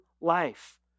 life